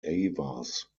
avars